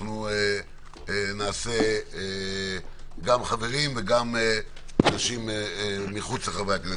נעשה גם חברים וגם אנשים מחוץ לחברי הכנסת,